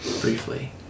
briefly